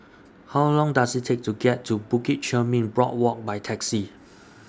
How Long Does IT Take to get to Bukit Chermin Boardwalk By Taxi